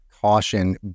caution